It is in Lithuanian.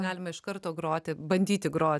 galima iš karto groti bandyti grot